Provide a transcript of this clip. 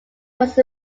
was